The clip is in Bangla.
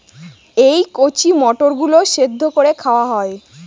এই কচি মটর গুলো সেদ্ধ করে খাওয়া হয়